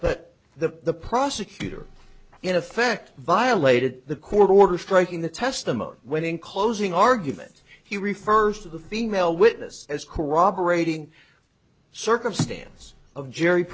but the prosecutor in effect violated the court order striking the testimony when in closing argument he refers to the female witness as corroborating circumstance of gerry